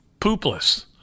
poopless